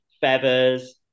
feathers